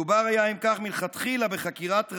היה מדובר, אם כך, מלכתחילה בחקירת ראווה,